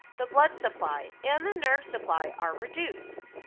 the blood supply, and the nerve supply are reduced.